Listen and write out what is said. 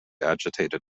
agitated